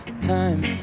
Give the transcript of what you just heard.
time